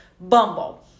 Bumble